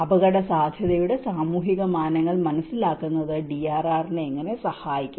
അപകടസാധ്യതയുടെ സാമൂഹിക മാനങ്ങൾ മനസ്സിലാക്കുന്നത് DRR നെ എങ്ങനെ സഹായിക്കും